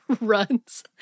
runs